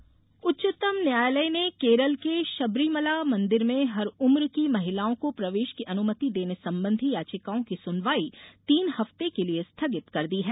शबरीमला उच्चतम न्यायालय ने केरल के शबरीमला मंदिर में हर उम्र की महिलाओं को प्रवेश की अनुमति देने संबंधी याचिकाओं की सुनवाई तीन हफ्ते के लिए स्थगित कर दी है